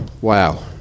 Wow